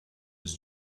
his